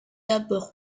d’abord